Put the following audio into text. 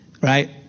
right